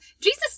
Jesus